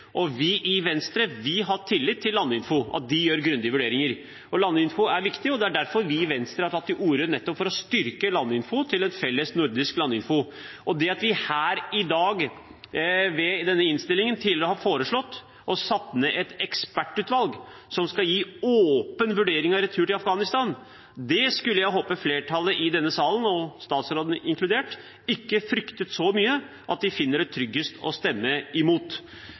Vi i Venstre har tillit til at Landinfo gjør grundige vurderinger. Landinfo er viktig, og det er derfor vi i Venstre har tatt til orde nettopp for å styrke Landinfo til en felles nordisk Landinfo. Det at vi her i dag i innstillingen foreslår å sette ned et ekspertutvalg som skal gjennomføre en åpen vurdering ved retur til Afghanistan, skulle jeg håpe flertallet i denne salen, statsråden inkludert, ikke fryktet så mye at de finner det tryggest å stemme imot.